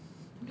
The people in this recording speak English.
campaign